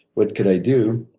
what could i do?